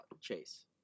Chase